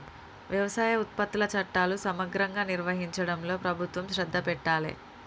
వ్యవసాయ ఉత్పత్తుల చట్టాలు సమగ్రంగా నిర్వహించడంలో ప్రభుత్వం శ్రద్ధ పెట్టాలె